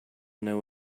know